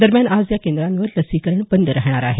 दरम्यान आज या केंद्रावर लसीकरण बंद राहणार आहे